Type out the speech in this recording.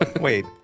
Wait